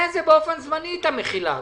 באופן זמני את המחילה.